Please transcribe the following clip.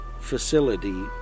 facility